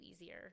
easier